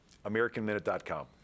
AmericanMinute.com